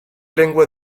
lengua